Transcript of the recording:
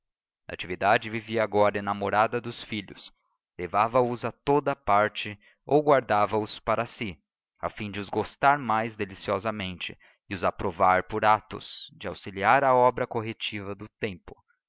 natividade vivia agora enamorada dos filhos levava-os a toda parte ou guardava os para si a fim de os gostar mais deliciosamente de os aprovar por atos de auxiliar a obra corretiva do tempo